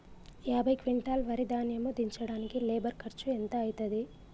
యాభై క్వింటాల్ వరి ధాన్యము దించడానికి లేబర్ ఖర్చు ఎంత అయితది?